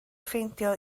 ffeindio